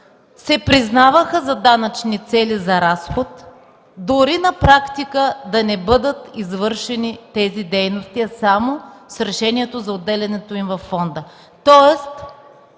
се признаваха за данъчни цели за разход, дори на практика да не бъдат извършени тези дейности, а само с решението за отделянето им във фонда.